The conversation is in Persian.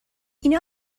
اینا